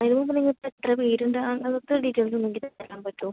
അതിന് മുമ്പ് നിങ്ങൾക്ക് എത്ര വീട് ഉണ്ട് അന്നത്തെ ഡീറ്റെയിൽസ് ഉണ്ടെങ്കിൽ തരാൻ പറ്റുമോ